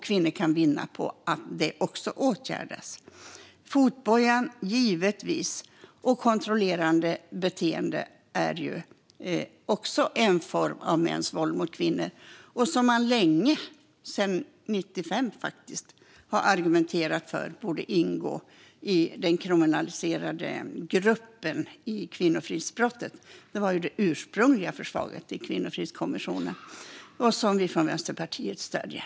Kvinnor kan vinna på att det också åtgärdas. I fråga om fotbojan håller vi givetvis med. Även kontrollerande beteende är en form av mäns våld mot kvinnor. Man har länge, faktiskt sedan 1995, argumenterat för att det borde ingå i den kriminaliserade gruppen kvinnofridsbrott. Det var det ursprungliga förslaget i Kvinnovåldskommissionens betänkande Kvinnofrid, som Vänsterpartiet stöder.